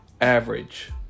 average